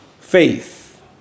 faith